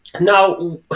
Now